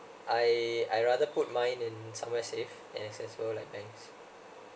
I I rather put mine in somewhere safe and accessible like banks